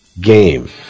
game